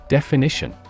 Definition